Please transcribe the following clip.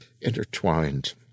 intertwined